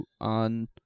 on